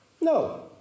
No